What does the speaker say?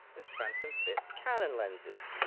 this phantom fits canon lenses!